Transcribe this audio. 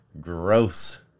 gross